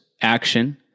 action